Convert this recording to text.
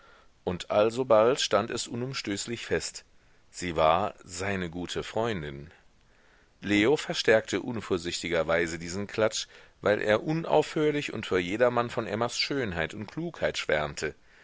und alsobald stand es unumstößlich fest sie war seine gute freundin leo verstärkte unvorsichtigerweise diesen klatsch weil er unaufhörlich und vor jedermann von emmas schönheit und klugheit schwärmte